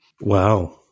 Wow